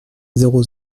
zéro